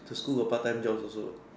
the school got part time jobs also what